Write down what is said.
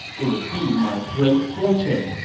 it would be my great fortune!